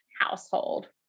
household